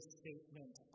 statement